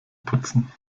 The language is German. putzen